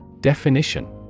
Definition